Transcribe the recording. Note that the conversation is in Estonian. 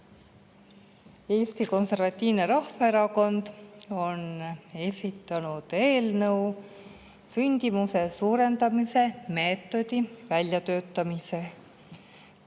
Eesti Konservatiivne Rahvaerakond on esitanud eelnõu sündimuse suurendamise meetodi väljatöötamisest. Möödunud